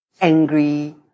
angry